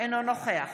אינו נוכח